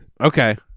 okay